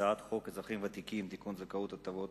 הצעת חוק האזרחים הוותיקים (תיקון, זכאות להטבות